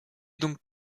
donc